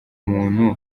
muntu